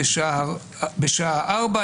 בשעה 16:00,